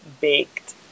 baked